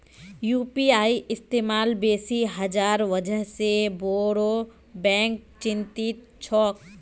UPI इस्तमाल बेसी हबार वजह से बोरो बैंक चिंतित छोक